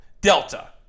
Delta